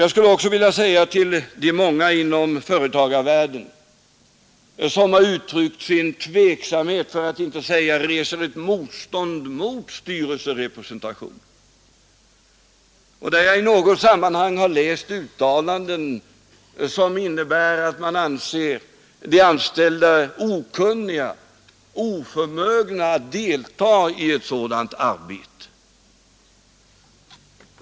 Jag skulle också vilja säga några ord till de många inom företagarvärlden som har uttryckt sin tveksamhet om, för att inte säga rest ett motstånd mot, styrelserepresentation för de anställda — jag har i något sammanhang läst uttalanden som visar att man anser de anställda okunniga och oförmögna att delta i ett sådant arbete.